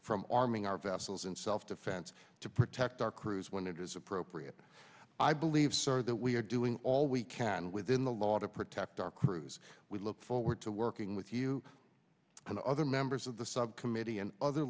from arming our vessels in self defense to protect our crews when it is appropriate i believe sir that we are doing all we can within the law to protect our crews we look forward to working with you and other members of the subcommittee and other